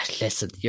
Listen